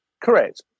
Correct